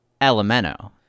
Elemento